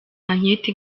anketi